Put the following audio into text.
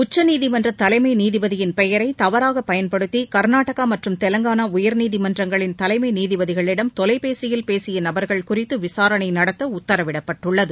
உச்சநீதிமன்றதலைமைநீதிபதியின் பெயரைதவறாகபயன்படுத்திகர்நாடகாமற்றும் தெலங்கானாஉயர்நீதிமன்றங்களின் தலைமைநீதிபதிகளிடம் தொலைபேசியில் பேசியநபர்கள் குறித்துவிசாரணைநடத்தஉத்தரவிடப்பட்டுள்ளது